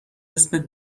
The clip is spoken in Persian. اسمت